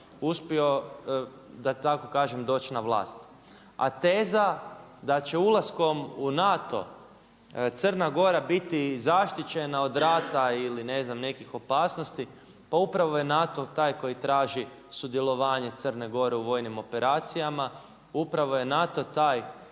uspio da tako kažem doći na vlast. A teza da će ulaskom u NATO Crna Gora biti zaštićena od rata ili ne znam nekih opasnosti, pa upravo je NATO koji traži sudjelovanje Crne Gore u vojnim operacijama, upravo je NATO taj